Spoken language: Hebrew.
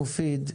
מופיד,